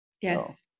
Yes